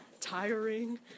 tiring